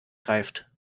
greift